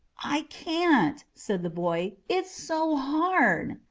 i can't, said the boy it's so hard.